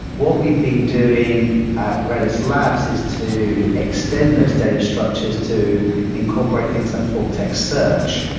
what we've been doing at rdis labs is to extend those data structures to incorporate things at full text search,